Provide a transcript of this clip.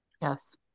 Yes